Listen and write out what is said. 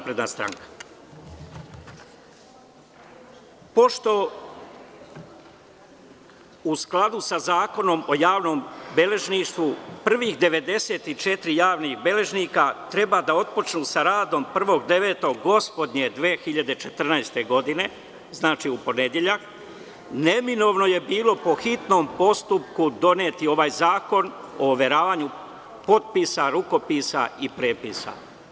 Pošto u skladu sa Zakonom o javnom beležništvu prva 94 javna beležnika treba da otpočnu sa radom 1.9. gospodnje 2014. godine, znači u ponedeljak, neminovno je bilo po hitnom postupku doneti ovaj zakon o overavanju potpisa, rukopisa i prepisa.